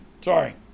sorry